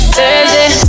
Thursday